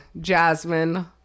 Jasmine